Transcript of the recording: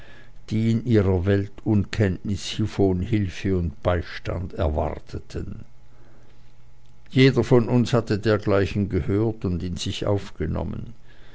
die in ihrer weltunkenntnis hievon hilfe und beistand erwarteten jeder von uns hatte dergleichen gehört und in sich aufgenommen